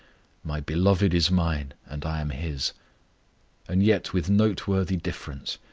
my beloved is mine, and i am his and yet with noteworthy difference.